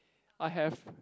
I have